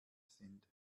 sind